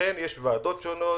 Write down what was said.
אכן יש ועדות שונות.